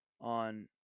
on